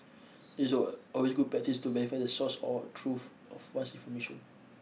it's always good practice to verify the source or truth of one's information